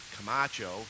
Camacho